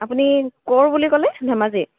আপুনি ক'ৰ বুলি ক'লে ধেমাজিৰ